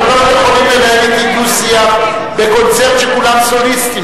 אתם לא יכולים לנהל אתי דו-שיח בקונצרט שכולם סוליסטים,